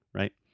right